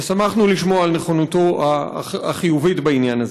ושמחנו לשמוע על נכונותו החיובית בעניין הזה.